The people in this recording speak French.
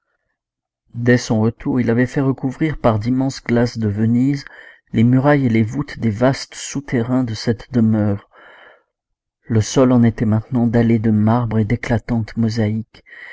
dès son retour il avait fait recouvrir par d'immenses glaces de venise les murailles et les voûtes des vastes souterrains de cette demeure le sol en était maintenant dallé de marbres et d'éclatantes mosaïques